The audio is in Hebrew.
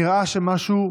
נראה שמשהו משתנה,